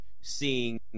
seeing –